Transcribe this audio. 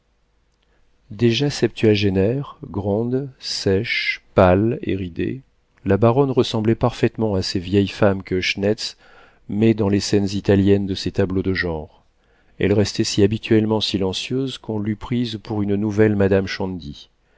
déjà septuagénaire grande sèche pâle et ridée la baronne ressemblait parfaitement à ces vieilles femmes que schnetz met dans les scènes italiennes de ses tableaux de genre elle restait si habituellement silencieuse qu'on l'eût prise pour une nouvelle madame